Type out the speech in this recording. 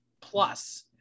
plus